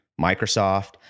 Microsoft